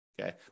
Okay